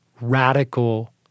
radical